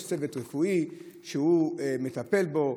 יש צוות רפואי שמטפל בו,